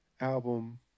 album